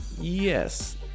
yes